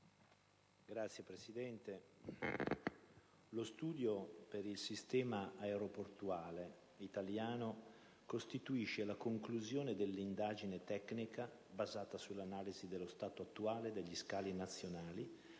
Signor Presidente, lo Studio per il sistema aeroportuale italiano costituisce la conclusione dell'indagine tecnica basata sull'analisi dello stato attuale degli scali nazionali